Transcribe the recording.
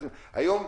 היום,